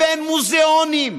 מוזיאונים.